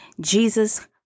Jesus